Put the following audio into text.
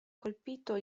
colpito